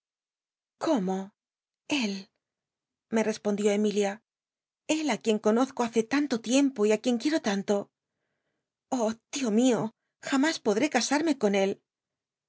cómo él me respondió emilia él i quien conozco hace tanto tiempo y í quien tan lo quiero tanto oh mío jamás podré casarme con él jja